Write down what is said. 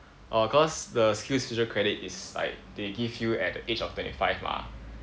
uh cause the SkillsFuture credit is like they give you at the age of twenty five mah